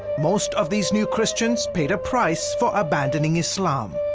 most of these new christians paid a price for abandoning islam.